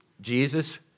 Jesus